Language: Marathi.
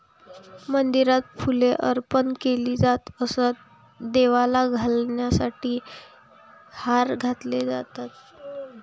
मंदिरात फुले अर्पण केली जात असत, देवाला घालण्यासाठी हार घातले जातात